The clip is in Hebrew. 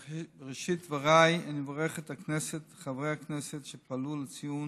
בראשית דבריי אני מברך את הכנסת ואת חברי הכנסת שפעלו לציון